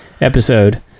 episode